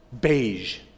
beige